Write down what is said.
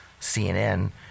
CNN